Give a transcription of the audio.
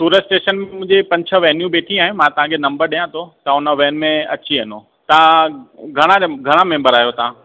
सुरत station ते मुंहिंजे पंज छह वैनियूं बिठी आहिनि मां तांखे नंबर ॾिया थो तव्हां हुन वैन में अची वञो तव्हां घणा दम घणा मेंबर आहियो तव्हां